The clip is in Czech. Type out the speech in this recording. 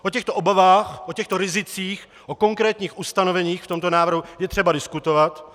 O těchto obavách, o těchto rizicích, o konkrétních ustanoveních v tomto návrhu je třeba diskutovat.